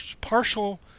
partial